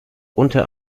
unter